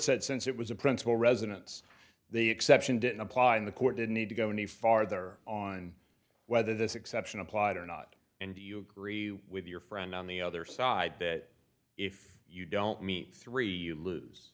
said since it was a principle residence the exception didn't apply in the court didn't need to go any farther on whether this exception applied or not and do you agree with your friend on the other side that if you don't meet three you lose